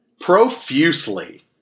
profusely